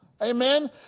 Amen